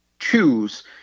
choose